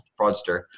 fraudster